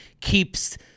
keeps